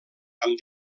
amb